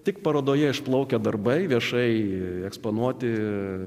tik parodoje išplaukę darbai viešai eksponuoti